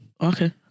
okay